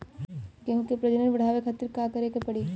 गेहूं के प्रजनन बढ़ावे खातिर का करे के पड़ी?